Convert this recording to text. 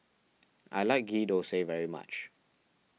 I like Ghee Thosai very much